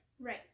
Right